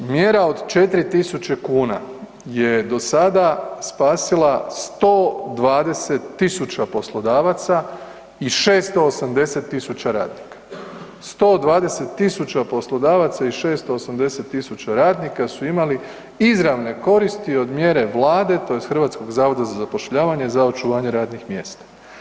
Mjera od 4.000 kuna je do sada spasila 120.000 poslodavaca i 680.000 radnika, 120.000 poslodavaca i 680.000 radnika su imali izravne koristi od mjere vlade tj. HZZ-a za očuvanje radnih mjesta.